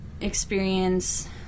experience